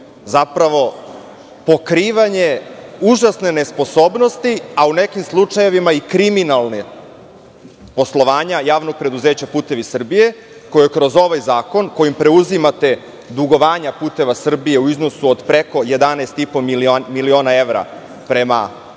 zapravo pokrivanje užasne nesposobnosti, a u nekim slučajevima i kriminalnog poslovanja JP "Putevi Srbije", koju kroz ovaj zakon, kojim preuzimate dugovanja "Puteva Srbije" u iznosu od preko 11,5 miliona evra prema tzv.